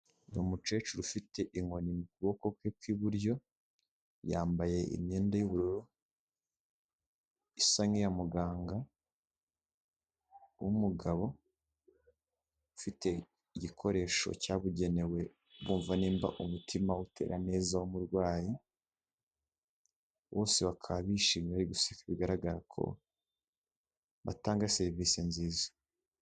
Ni umukecuru ufite inkoni mu kuboko kwe kw'iburyo, yambaye imyenda y'ubururu isa n'iya muganga w'umugabo ufite igikoresho cyabugenewe, mu kumva nimba mutima utera neza w'umurwayi, bose bakaba bishimye bari guseka bigaragara ko batanga serivisi nziza.